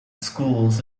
schools